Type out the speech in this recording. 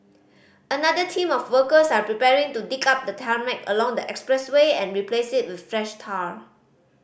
another team of workers are preparing to dig up the tarmac along the expressway and replace it with fresh tar